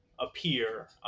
appear